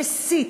מסית,